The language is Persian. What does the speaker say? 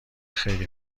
خیلی